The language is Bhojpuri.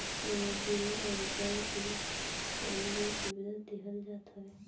इमे बीमा अउरी बैंक के कईगो सुविधा देहल जात हवे